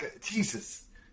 jesus